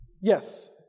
Yes